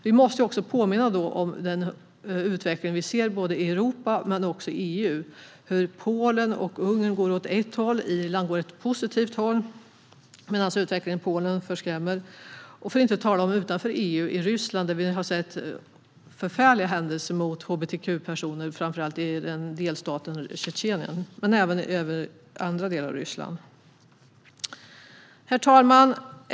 Vi måste också påminna om den utveckling vi ser även i EU, hur Polen och Ungern går åt ett håll och Irland går åt ett positivt håll. Utvecklingen i Polen skrämmer. För att inte tala om hur det ser ut utanför EU, till exempel i Ryssland, där vi har sett förfärliga händelser mot hbtq-personer framför allt i Tjetjenien men även i andra delar av Ryssland. Herr talman!